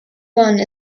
one